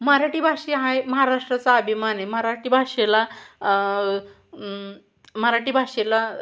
मराठी भाषा आहे महाराष्ट्राचा अभिमान आहे मराठी भाषेला मराठी भाषेला